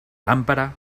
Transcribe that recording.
lámpara